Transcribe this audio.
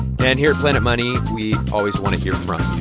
and here at planet money, we always want to hear from you.